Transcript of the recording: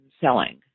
selling